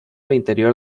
interior